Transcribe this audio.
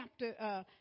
chapter